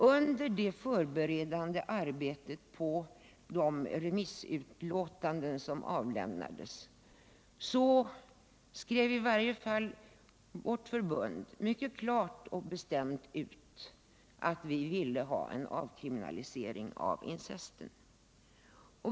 Under det förberedande arbetet med de remissutlåtanden som avlämnats skrev i varje fall vårt förbund mycket klart och bestämt att vi ville ha en avkriminalisering av incest.